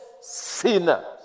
sinners